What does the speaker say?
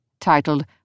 titled